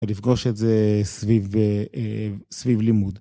ולפגוש את זה סביב סביב לימוד.